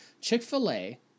chick-fil-a